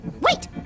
Wait